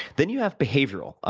then you have behavioral.